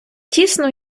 тісно